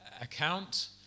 account